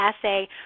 essay